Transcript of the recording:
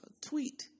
tweet